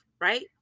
right